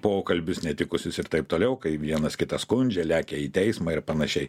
pokalbius netikusius ir taip toliau kai vienas kitą skundžia lekia į teismą ir panašiai